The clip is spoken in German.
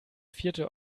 vierte